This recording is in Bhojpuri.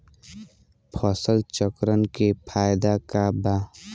फसल चक्रण के फायदा का बा?